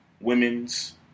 women's